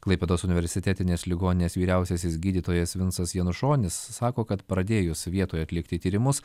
klaipėdos universitetinės ligoninės vyriausiasis gydytojas vinsas janušonis sako kad pradėjus vietoj atlikti tyrimus